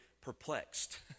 perplexed